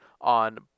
on